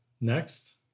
Next